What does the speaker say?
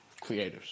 creators